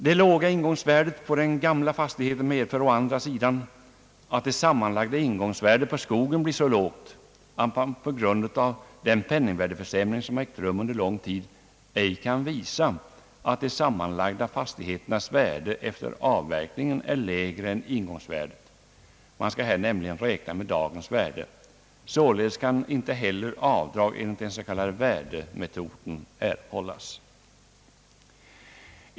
Det låga ingångsvärdet på den gamla fastigheten medför å andra sidan, att det sammanlagda ingångsvärdet på skogen blir så lågt, att man på grund av den penningvärdeförsämring som har ägt rum under lång tid ej kan visa, att de sammanlagda fastigheternas värde efter avverkningen är lägre än ingångs värdet. Man skall nämligen härvid räkna med dagens värde. Således kan inte heller avdrag enligt den s.k. värdemetoden erhållas.